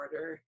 order